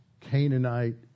Canaanite